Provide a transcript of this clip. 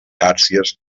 xàrcies